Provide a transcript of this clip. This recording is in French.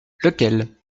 lequel